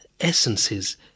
essences